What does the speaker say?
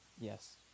Yes